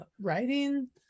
writing